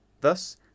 Thus